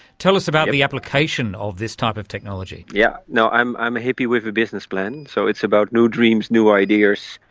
tell us about the application of this type of technology. yeah yes, i'm i'm a hippie with a business plan, so it's about new dreams, new ideas,